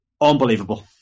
unbelievable